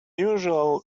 usual